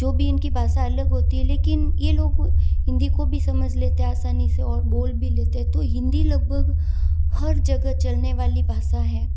जो भी इनकी भाषा अलग होती है लेकिन ये लोग हिंदी को भी समझ लेता आसानी से और बोल भी लेते तो हिंदी लगभग हर जगह चलने वाली भासा है